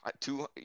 Two